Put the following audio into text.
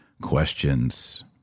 questions